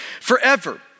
forever